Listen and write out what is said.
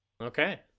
Okay